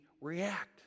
react